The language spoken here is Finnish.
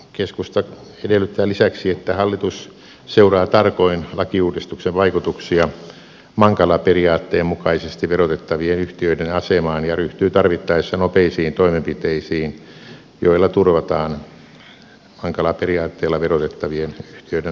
keskusta edellyttää lisäksi että hallitus seuraa tarkoin lakiuudistuksen vaikutuksia mankala periaatteen mukaisesti verotettavien yhtiöiden asemaan ja ryhtyy tarvittaessa nopeisiin toimenpiteisiin joilla turvataan mankala periaatteella verotettavien yhtiöiden asema